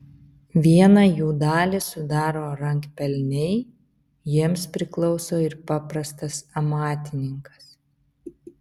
vieną jų dalį sudaro rankpelniai jiems priklauso ir paprastas amatininkas